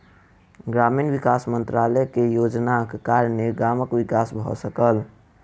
ग्रामीण विकास मंत्रालय के योजनाक कारणेँ गामक विकास भ सकल